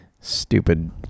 Stupid